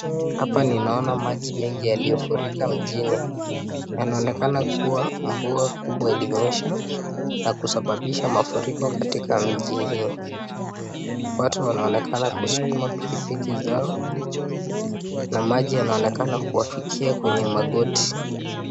Hapa ninaona maji mengi yaliyofurika mjini. Yanaonekana kuwa mvua mkubwa ulinyesha na kusababisha mafuriko katika mji hii. Watu wanaonekana kuskuma pikipiki zao na maji inaonekana kuwafikia kwenye magoti.